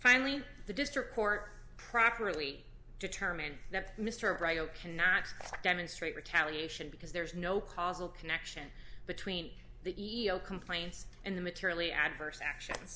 finally the district court properly determined that mr cannot demonstrate retaliation because there is no causal connection between the e o complaints and the materially adverse action